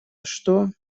что